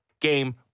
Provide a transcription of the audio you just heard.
game